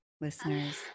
listeners